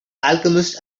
alchemist